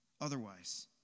otherwise